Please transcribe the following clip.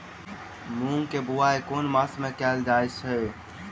मूँग केँ बोवाई केँ मास मे कैल जाएँ छैय?